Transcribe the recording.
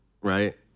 right